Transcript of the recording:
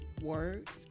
words